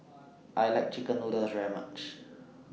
I like Chicken Noodles very much